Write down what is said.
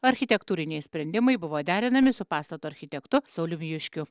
architektūriniai sprendimai buvo derinami su pastato architektu sauliumi juškiu